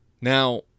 Now